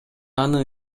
анын